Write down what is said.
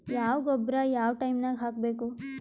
ಯಾವ ಗೊಬ್ಬರ ಯಾವ ಟೈಮ್ ನಾಗ ಹಾಕಬೇಕು?